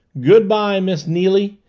good-by, miss neily.